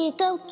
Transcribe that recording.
go